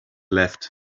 left